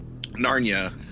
Narnia